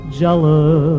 jealous